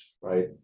right